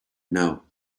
now